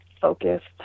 focused